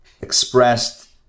expressed